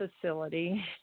facility